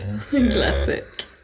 Classic